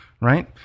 right